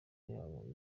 yabo